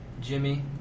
Jimmy